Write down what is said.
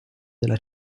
della